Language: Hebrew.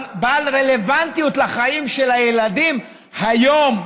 בעל רלוונטיות לחיים של הילדים היום?